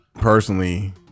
personally